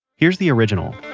here's the original